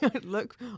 look